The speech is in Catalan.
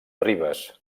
ribes